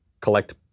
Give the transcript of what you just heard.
collect